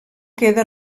queda